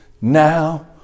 now